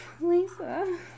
Lisa